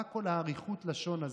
מה כל אריכות הלשון הזו?